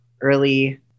early